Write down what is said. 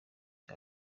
cya